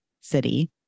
city